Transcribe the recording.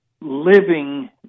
living